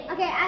Okay